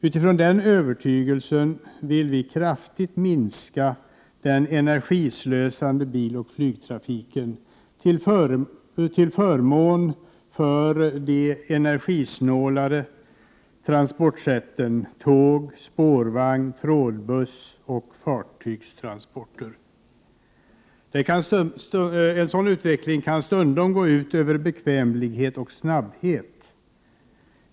Utifrån den övertygelsen vill vi kraftigt minska den energislösande biloch flygtrafiken till förmån för de energisnålare transportsätten tåg, spårvagn, trådbuss och fartyg. En sådan utveckling kan stundom gå ut över bekvämlighet och snabbhet.